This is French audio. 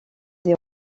zéro